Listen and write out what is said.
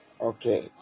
Okay